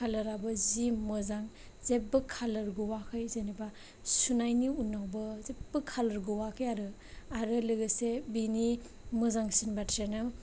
कलराबो जि मोजां जेबो कालार गवाखै जेनोबा सुनायनि उनावबो जेबो कालार गवाखै आरो आरो लोगोसे बेनि मोजांसिन बाथ्रायानो